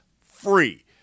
free